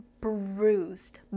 bruised